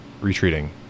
retreating